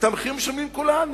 את המחיר משלמים כולנו.